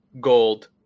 gold